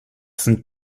sind